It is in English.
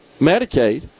Medicaid